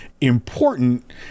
important